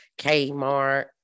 Kmart